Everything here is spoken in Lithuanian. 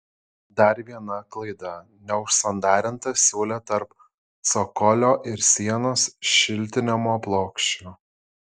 dar viena klaida neužsandarinta siūlė tarp cokolio ir sienos šiltinimo plokščių